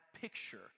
picture